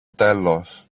τέλος